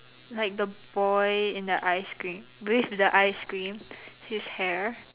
like the boy and the ice cream with the ice cream his hair